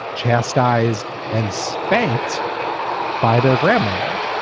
chastised and spanked by their grandmother.